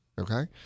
okay